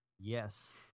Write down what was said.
yes